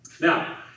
now